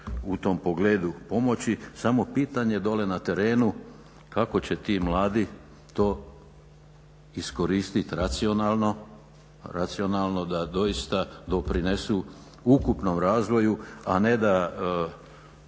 u tom pogledu pomoći. Samo pitanje dolje na terenu kako će ti mladi to iskoristiti racionalno da doista doprinesu ukupnom razvoju, a ne da